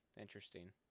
interesting